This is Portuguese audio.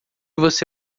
você